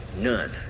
None